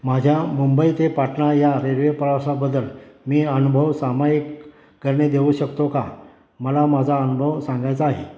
माझ्या मुंबई ते पाटणा या रेल्वे प्रवासाबदल मी अनुभव सामायिक करणे देऊ शकतो का मला माझा अनुभव सांगायचा आहे